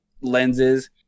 lenses